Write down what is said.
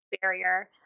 barrier